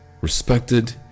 respected